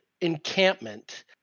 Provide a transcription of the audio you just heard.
encampment